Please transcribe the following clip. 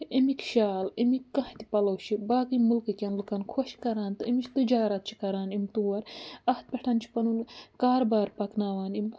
یا اَمِکۍ شال اَمِکۍ کانٛہہ تہِ پَلو چھِ باقٕے مٕلکٕکٮ۪ن لُکَن خۄش کَران تہٕ اَمِچ تِجارَت چھِ کَران یِم تور اَتھ پٮ۪ٹھ چھُ پَنُن کاربار پَکناوان یِم